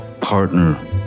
partner